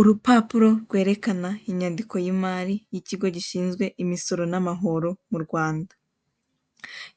Urupapuro rwerekana unyandiko y'imari y'ikigo gishinzwe imisoro n'amahoro mu Rwanda.